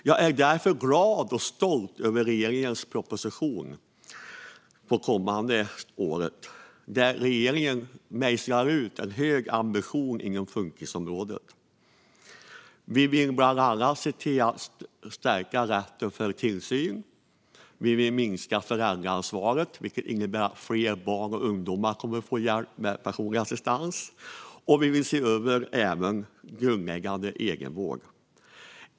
Jag är därför glad och stolt över regeringens proposition för det kommande året. Regeringen mejslar ut en hög ambitionsnivå inom funkisområdet. Vi vill bland annat stärka rätten till tillsyn, vi vill minska föräldraansvaret, vilket innebär att fler barn och ungdomar kommer att få hjälp med personlig assistans, och vi vill även se över frågan om grundläggande egenvård.